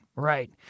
Right